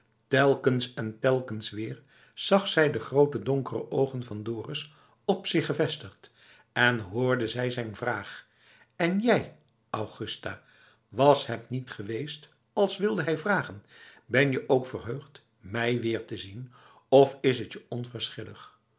telkens en telkens weer zag zij de groote donkere oogen van dorus op zich gevestigd en hoorde zij zijn vraag en jij augusta was het niet geweest als wilde hij vragen ben je ook verheugd mij weer te zien of is het je